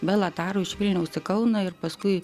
bela taru iš vilniaus į kauną ir paskui